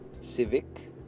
Civic